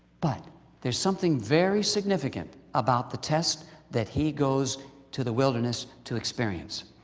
but there is something very significant about the test that he goes to the wilderness to experience.